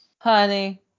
Honey